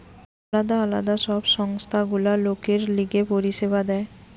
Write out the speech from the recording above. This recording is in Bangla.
আলদা আলদা সব সংস্থা গুলা লোকের লিগে পরিষেবা দেয়